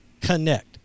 Connect